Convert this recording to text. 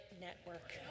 Network